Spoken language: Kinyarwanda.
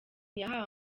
yahawe